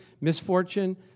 misfortune